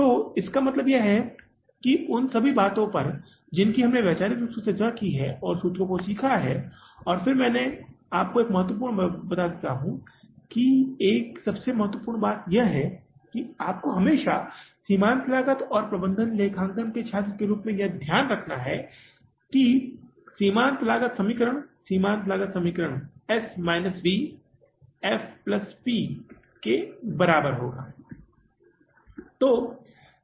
तो इसका मतलब है कि उन सभी बातों पर जिनकी हमने वैचारिक रूप से चर्चा की और सूत्रों को सीखा और फिर मैं आपको एक महत्वपूर्ण बात देता हूं कि एक सबसे महत्वपूर्ण बात यह है कि आपको हमेशा सीमांत लागत और प्रबंधन लेखांकन के छात्र के रूप में ध्यान रखना चाहिए कि सीमांत लागत समीकरण सीमांत लागत समीकरण S minus V F plus P के बराबर है